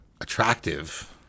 attractive